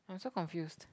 I'm so confused